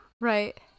Right